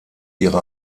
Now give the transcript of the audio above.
ihre